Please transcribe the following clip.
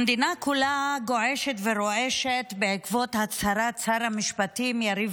המדינה כולה גועשת ורועשת בעקבות הצהרת שר המשפטים יריב